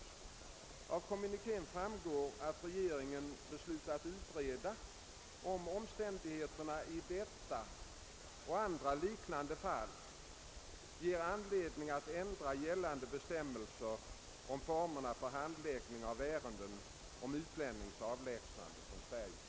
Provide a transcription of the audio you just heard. Av kommunikén framgår att regeringen beslutat utreda, om omständigheterna i detta och andra liknande fall ger anledning att ändra gällande bestämmelser om formerna för handläggning av ärenden om utlännings avlägsnande från Sverige.